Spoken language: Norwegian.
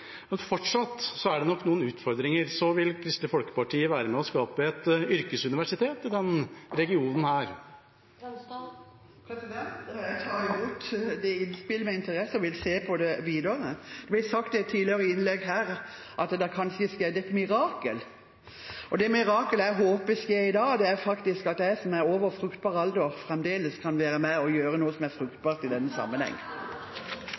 Men fortsatt er det nok noen utfordringer. Vil Kristelig Folkeparti være med og skape et yrkesuniversitet i denne regionen? Jeg tar imot det innspillet med interesse og vil se på det videre. Det ble sagt i et tidligere innlegg her at det kanskje har skjedd et mirakel, og det mirakelet jeg håper skjer i dag, er faktisk at jeg, som er over fruktbar alder, fremdeles kan være med og gjøre noe som er